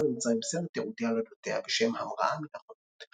במצרים סרט תיעודי על אודותיה בשם "המראה מן החולות".